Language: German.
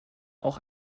auch